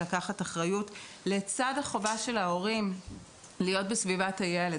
לקחת אחריות לצד החובה של ההורים להיות בסביבת הילד,